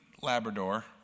Labrador